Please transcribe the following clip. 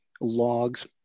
logs